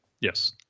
Yes